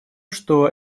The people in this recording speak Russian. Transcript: что